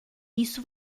isso